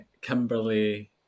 Kimberly